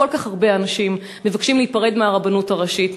כל כך הרבה אנשים מבקשים להיפרד מהרבנות הראשית,